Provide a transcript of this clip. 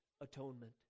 atonement